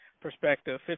perspective